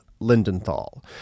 Lindenthal